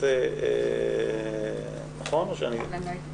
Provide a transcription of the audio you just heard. הם לא העתיקו.